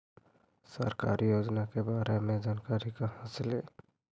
सरकारी योजना के बारे मे जानकारी कहा से ली?